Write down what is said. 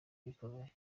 bikomeye